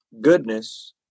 Goodness